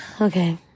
okay